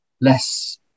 less